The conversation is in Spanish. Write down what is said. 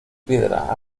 piedra